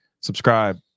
Subscribe